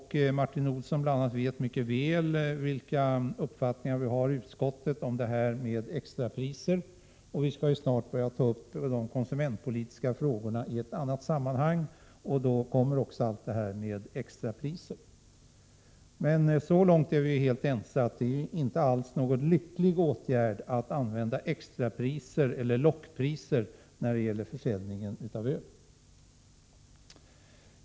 a. Martin Olsson vet mycket väl vilka uppfattningar vi har i utskottet beträffande extrapriser. Vi skall snart ta upp de konsumentpolitiska frågorna i andra sammanhang och då kommer också extrapriserna upp. Men så långt är vi helt ense, att det inte är någon lycklig åtgärd att använda lockpriser på öl.